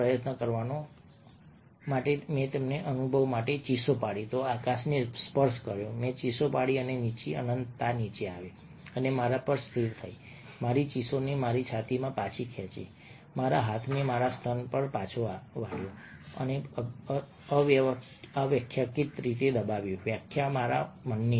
પ્રયત્ન કરવા માટે મેં તેને અનુભવવા માટે ચીસો પાડી આકાશને સ્પર્શ કર્યો મેં ચીસો પાડી અને નીચી અનંતતા નીચે આવી અને મારા પર સ્થિર થઈ મારી ચીસોને મારી છાતીમાં પાછી ખેંચી મારા હાથને મારા સ્તન પર પાછા વાળ્યો અને અવ્યાખ્યાયિતને દબાવ્યું વ્યાખ્યા મારા મનની